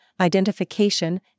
identification